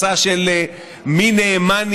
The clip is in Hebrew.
מסע של מי נאמן,